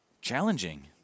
challenging